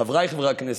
חבריי חברי הכנסת,